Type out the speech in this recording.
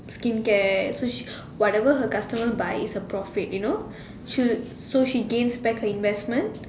skincare so she whatever her customer buy is a profit you know she so she gains back her investment